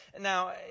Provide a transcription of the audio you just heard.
Now